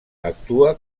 actua